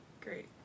Great